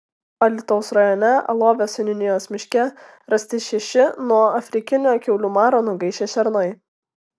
alytaus rajone alovės seniūnijos miške rasti šeši nuo afrikinio kiaulių maro nugaišę šernai